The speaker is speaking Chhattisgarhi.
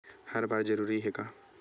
हर बार जरूरी हे का?